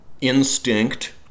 Instinct